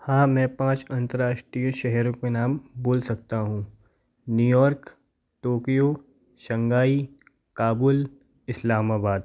हाँ मैं पाँच अन्तर्राष्ट्रीय शहरों के नाम बोल सकता हूँ New York Tokyo Shanghai Kabul Islamabad